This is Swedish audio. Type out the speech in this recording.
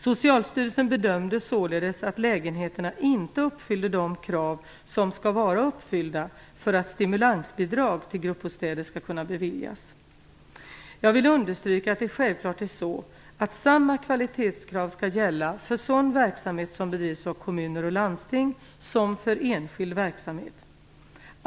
Socialstyrelsen bedömde således att lägenheterna inte uppfyllde de krav som skall vara uppfyllda för att stimulansbidrag till gruppbostäder skall kunna beviljas. Jag vill understryka att det självklart är så, att samma kvalitetskrav skall gälla för sådan verksamhet som bedrivs av kommuner och landsting som för enskild verksamhet.